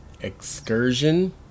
excursion